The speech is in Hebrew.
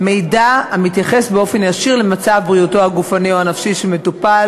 מידע המתייחס באופן ישיר למצב בריאותו הגופני או הנפשי של מטופל,